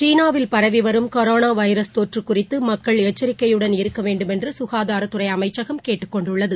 சீனாவில் பரவி வரும் கொரோணா வைரஸ் தொற்று குறித்து மக்கள் எச்சரிக்கையுடன் இருக்க வேண்டுமென்று சுகாதாரத்துறை அமைச்சகம் கேட்டுக் கொண்டுள்ளது